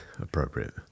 Appropriate